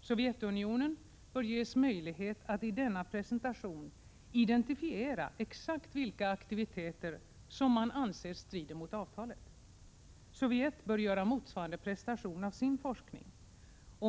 Sovjetunionen bör ges möjlighet att i denna presentation identifiera exakt vilka aktiviteter som man anser strider mot avtalet. Sovjetunionen bör göra motsvarande presentation av sin forskning.